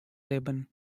libben